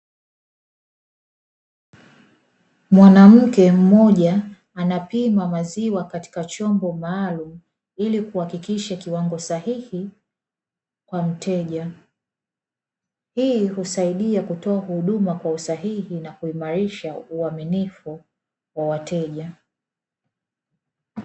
Mwanamke mmoja anapima maziwa katika chombo maalumu ili kuhakikisha kiwango sahihi kwa mteja hii usaidia kutoa huduma kwa usahihi na kuimarisha uaminifu wa wateja